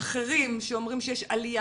אחרים שאומרים שיש עליה